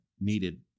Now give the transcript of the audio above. needed